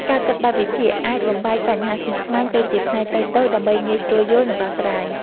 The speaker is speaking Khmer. ការគិតបែបវិភាគ អាចបំបែកបញ្ហាស្មុគស្មាញទៅជាផ្នែកតូចៗ ដើម្បីងាយស្រួលយល់ និងដោះស្រាយ។